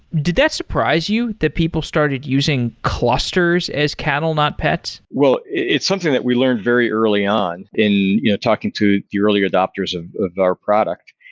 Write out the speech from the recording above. do that surprise you that people started using clusters as cattle not pets? well, it's something that we learned very early on in talking to the early adopters and of our product,